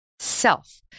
Self